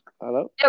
Hello